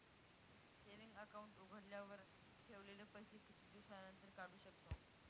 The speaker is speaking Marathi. सेविंग अकाउंट उघडल्यावर ठेवलेले पैसे किती दिवसानंतर काढू शकतो?